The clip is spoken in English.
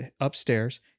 upstairs